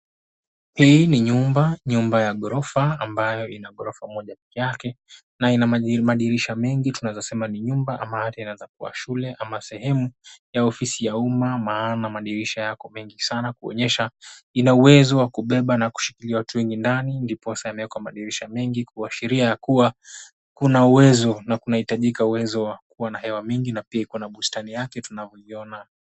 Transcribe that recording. Hii ni nyumba. Nyumba ya gorofa ambayo ina ghorofa moja pekee yake na ina madirisha mengi. Tunaweza sema ni nyumba ama hata inaweza kuwa shule ama sehemu ya ofisi ya umma, maana madirisha yako mengi sana kuonyesha ina uwezo wa kubeba na kushikilia watu wengi ndani. Ndiposa yamewekwa madirisha mengi kuashiria ya kuwa kuna uwezo na kunahitajika uwezo wa kuwa na hewa mingi na pia iko na bustani yake tunavyoiona.